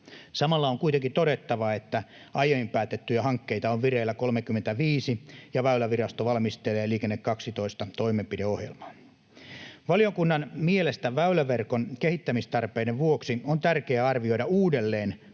Samalla on kuitenkin todettava, että aiemmin päätettyjä hankkeita on vireillä 35 ja Väylävirasto valmistelee Liikenne 12 ‑toimenpideohjelmaa. Valiokunnan mielestä väyläverkon kehittämistarpeiden vuoksi on tärkeää arvioida uudelleen